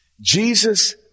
Jesus